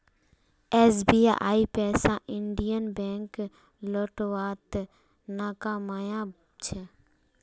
एसबीआईर पैसा Indian Bank लौटव्वात नाकामयाब छ